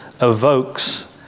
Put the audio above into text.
evokes